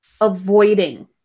avoiding